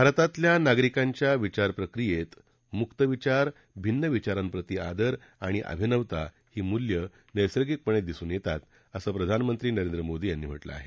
भारतातल्या नागरिकांच्या विचारप्रक्रियेत मुक विचार भिन्नविचारांप्रती आदर आणि अभिनवता ही मूल्य नैसर्गिकपणे दिसून येतात असं प्रधानमंत्री नरेंद्र मोदी यांनी म्हाक्रिं आहेत